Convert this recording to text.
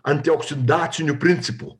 antioksidaciniu principu